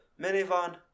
minivan